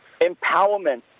empowerment